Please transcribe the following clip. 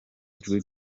ijwi